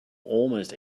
almost